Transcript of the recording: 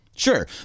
Sure